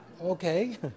Okay